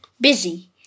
busy